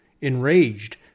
Enraged